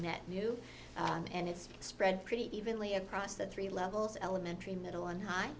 net new and it's spread pretty evenly across that three levels elementary middle and high